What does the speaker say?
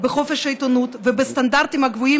בחופש העיתונות ובסטנדרטים הגבוהים